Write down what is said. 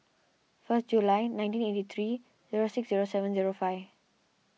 first July nineteen eight three zero six zero seven zero five